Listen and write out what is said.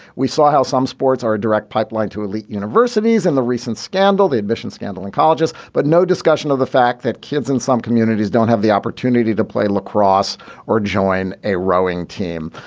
we saw how some sports are a direct pipeline to elite universities and the recent scandal the admissions scandal in colleges but no discussion of the fact that kids in some communities don't have the opportunity to play lacrosse or join a rowing team.